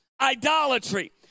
idolatry